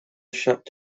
shipped